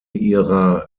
ihrer